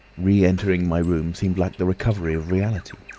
re-entering my room seemed like the recovery of reality.